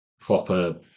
proper